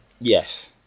Yes